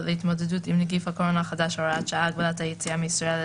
להתמודדות עם נגיף הקורונה החדש (הוראת שעה) (הגבלת היציאה מישראל),